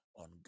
on